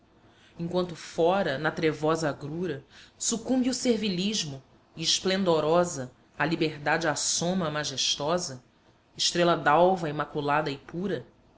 enquanto fora na trevosa agrura sucumbe o servilismo e esplendorosa a liberdade assoma majestosa estrela dalva imaculada e pura